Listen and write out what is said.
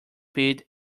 paid